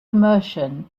immersion